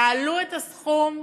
תעלו את הסכום.